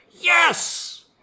yes